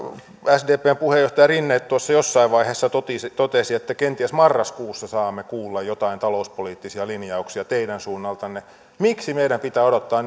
sdpn puheenjohtaja rinne jossain vaiheessa totesi totesi että kenties marraskuussa saamme kuulla jotain talouspoliittisia linjauksia teidän suunnaltanne miksi meidän pitää odottaa